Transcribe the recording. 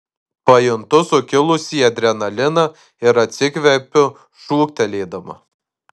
pajuntu sukilusį adrenaliną ir atsikvepiu šūktelėdama